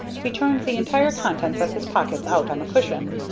he turned the entire contents of his pockets out on the cushion.